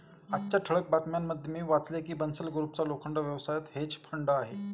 आजच्या ठळक बातम्यांमध्ये मी वाचले की बन्सल ग्रुपचा लोखंड व्यवसायात हेज फंड आहे